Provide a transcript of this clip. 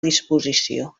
disposició